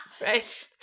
right